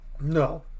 No